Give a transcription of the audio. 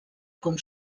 com